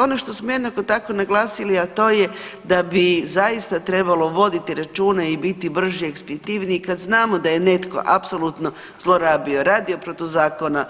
Ono što smo jednako tako naglasili, a to je da bi zaista trebalo voditi računa i biti brži i ekspeditivniji kad znamo da je netko zlorabio, radio protiv zakona,